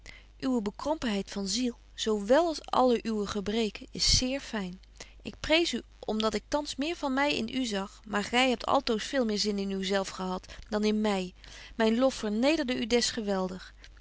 burgerhart bekrompenheid van ziel zo wél als alle uwe gebreken is zeer fyn ik prees u om dat ik thans meer van my in u zag maar gy hebt altoos veel meer zin in u zelf gehad dan in my myn lof vernederde u des geweldig